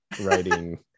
writing